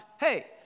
hey